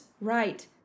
right